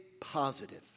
positive